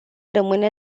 rămâne